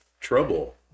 trouble